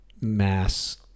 mass